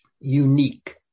unique